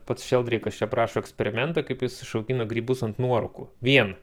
pats šeldreikas čia aprašo eksperimentą kaip jis išaugino grybus ant nuorūkų viena